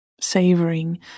savoring